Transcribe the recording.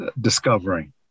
discovering